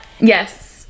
Yes